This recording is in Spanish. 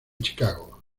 chicago